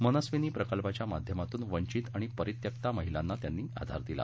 मनस्विनी प्रकल्पाच्या माध्यमातून वंचित आणि परित्यक्त्या महिलांना आधार दिला